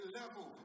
level